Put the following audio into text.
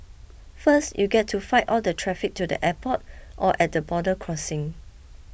first you get to fight all the traffic to the airport or at the border crossing